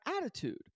attitude